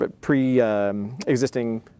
pre-existing